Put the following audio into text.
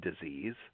disease